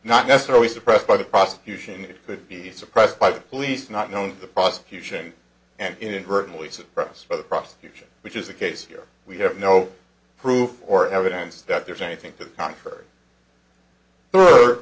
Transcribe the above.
not necessarily suppressed by the prosecution it could be suppressed by police not known the prosecution and inadvertently suppressed by the prosecution which is the case here we have no proof or evidence that there is anything to the contrary